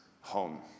home